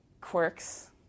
quirks